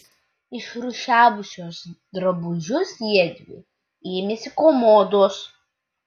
išrūšiavusios drabužius jiedvi ėmėsi komodos